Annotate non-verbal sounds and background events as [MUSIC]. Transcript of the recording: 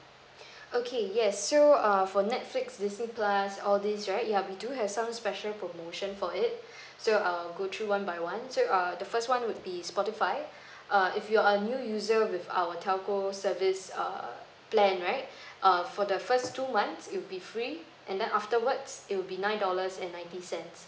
[BREATH] okay yes so err for netflix disney plus all these right ya we do have some special promotion for it so I'll go through one by one so err the first one would be spotify err if you're a new user with our telco service err plan right uh for the first two months it'll be free and then afterwards it'll be nine dollars and ninety cents